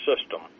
system